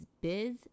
Biz